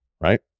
right